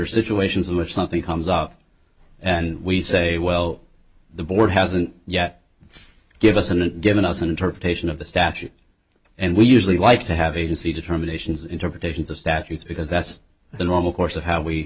situations in which something comes up and we say well the board hasn't yet give us a given us interpretation of the statute and we usually like to have agency determinations interpretations of statutes because that's the normal course of how we